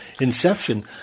Inception